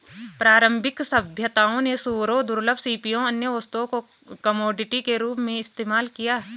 प्रारंभिक सभ्यताओं ने सूअरों, दुर्लभ सीपियों, अन्य वस्तुओं को कमोडिटी के रूप में इस्तेमाल किया